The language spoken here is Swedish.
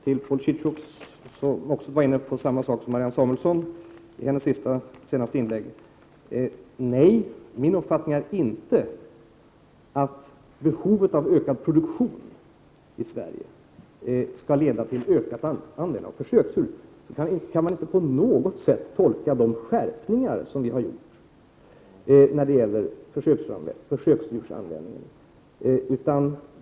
Till Paul Ciszuk, som var inne på samma sak som Marianne Samuelsson tog upp i sitt senaste inlägg, vill jag säga att min uppfattning inte är att behovet av ökad produktion i Sverige skall leda till ökat användande av djurförsök. Så kan man inte på något sätt tolka de skärpningar vi har gjort när det gäller användningen av försöksdjur.